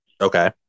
Okay